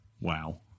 Wow